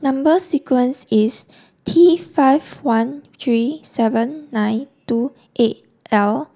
number sequence is T five one three seven nine two eight L